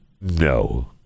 no